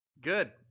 good